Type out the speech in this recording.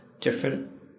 Different